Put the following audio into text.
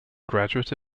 graduate